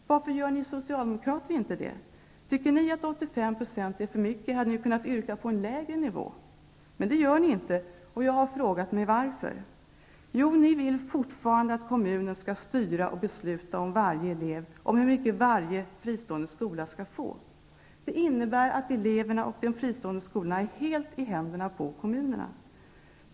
Varför gör ni socialdemokrater inte det? Tycker ni att 85 % är för mycket hade ni ju kunnat yrka på en lägre nivå. Men det gör ni inte, och jag har frågat mig varför. Orsaken är att ni fortfarande vill att kommunen skall styra och besluta om varje elev, om hur mycket varje fristående skola skall få. Det innebär att eleverna och de fristående skolorna är helt i händerna på kommunerna.